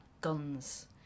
guns